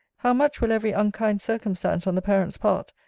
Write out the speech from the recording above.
how much will every unkind circumstance on the parent's part,